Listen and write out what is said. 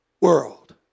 world